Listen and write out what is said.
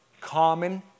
common